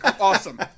awesome